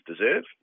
deserve